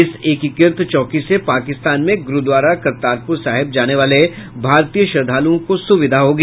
इस एकीकृत चौकी से पाकिस्तान में गुरूद्वारा करतारपुर साहिब जाने वाले भारतीय श्रद्धालुओं को सुविधा होगी